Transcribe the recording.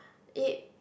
it